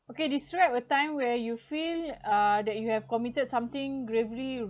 okay describe a time where you feel uh that you have committed something gravely